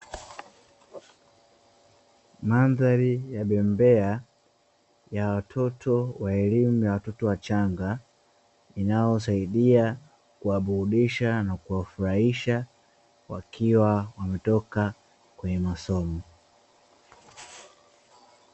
Mandhari ya bembea ya watoto wa elimu ya watoto wachanga, inayosaidia kuwafundisha na kuwafurahisha wakiwa wametoka kwenye masomo.